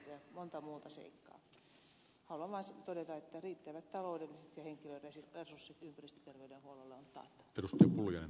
haluan vain todeta että riittävät taloudelliset ja henkilöresurssit ympäristöterveydenhuollolle on taattava